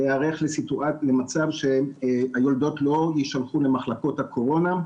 להיערך למצב שהיולדות לא יישלחו למחלקות הקורונה,